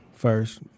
First